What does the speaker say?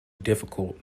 difficult